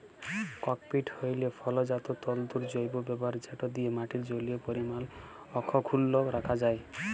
cocopeat হ্যইল ফলজাত তল্তুর জৈব ব্যাভার যেট দিঁয়ে মাটির জলীয় পরিমাল অখ্খুল্ল রাখা যায়